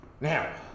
Now